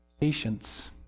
patience